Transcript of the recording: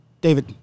David